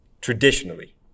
traditionally